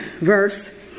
verse